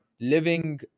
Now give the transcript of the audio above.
Living